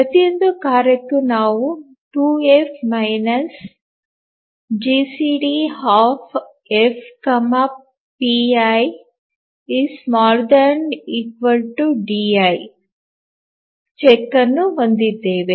ಪ್ರತಿಯೊಂದು ಕಾರ್ಯಕ್ಕೂ ನಾವು 2F GCD F pi ≤ di 2F GCDF pi ≤ di check ಅನ್ನು ಹೊಂದಿದ್ದೇವೆ